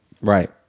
Right